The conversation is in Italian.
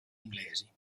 inglesi